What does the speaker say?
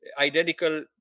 identical